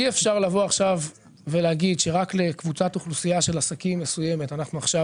אי-אפשר להגיד שרק לקבוצת אוכלוסייה של עסקים מסוימת אנחנו עכשיו